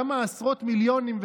כמה עשרות מיליונים.